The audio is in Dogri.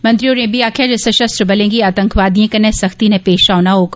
मंत्री होरें इब्बी आक्खेआ जे सषस्त्र बलें गी आतंकवादिएं कन्नै सख्ती नै पेष औना होग